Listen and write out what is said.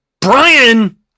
Brian